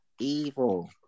evil